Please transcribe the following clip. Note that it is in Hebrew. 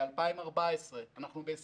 זה היה ב-2014, אנחנו ב-2020